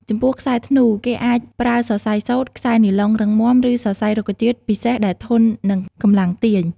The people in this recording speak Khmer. ចំពោះខ្សែធ្នូ គេអាចប្រើសរសៃសូត្រ ខ្សែនីឡុងរឹងមាំ ឬសរសៃរុក្ខជាតិពិសេសដែលធន់នឹងកម្លាំងទាញ។